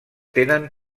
tenen